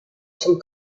zum